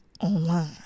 Online